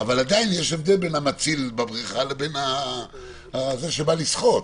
אבל עדיין יש הבדל בין המציל בבריכה לבין זה שבא לשחות.